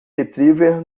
retriever